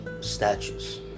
statues